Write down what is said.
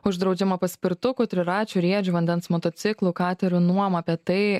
uždraudžiama paspirtukų triračių riedžių vandens motociklų katerių nuoma apie tai